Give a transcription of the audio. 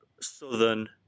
southern